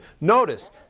Notice